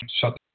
shut